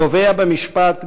התובע במשפט,